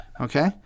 Okay